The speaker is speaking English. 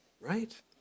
right